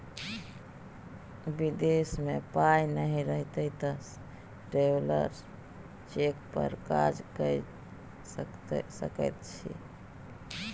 विदेश मे पाय नहि रहितौ तँ ट्रैवेलर्स चेक पर काज कए सकैत छी